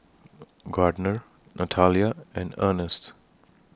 Gardner Natalia and Ernst